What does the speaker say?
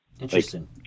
interesting